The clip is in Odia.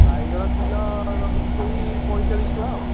ବାଇଗଣ କିଲୋ ରହୁଛି ସେହି ପଇଁଚାଳିଶି ଟଙ୍କା ଆଉ